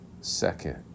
second